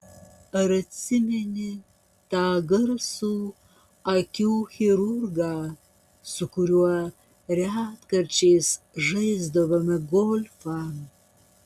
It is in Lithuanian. ar atsimeni tą garsų akių chirurgą su kuriuo retkarčiais žaisdavome golfą